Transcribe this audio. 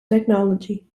technology